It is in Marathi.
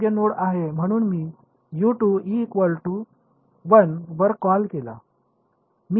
योग्य नोड आहे म्हणून मी वर कॉल केला